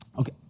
Okay